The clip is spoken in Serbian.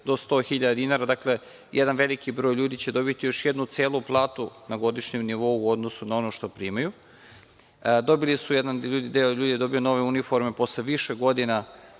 do 100 dinara. Dakle, jedan veliki broj ljudi će dobiti jednu celu platu na godišnjem nivou u odnosu na ono što primaju. Jedan deo ljudi je dobio nove uniforme posle više godina